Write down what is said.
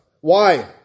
Why